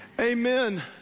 Amen